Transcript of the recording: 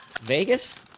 Vegas